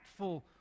impactful